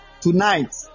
Tonight